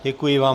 Děkuji vám.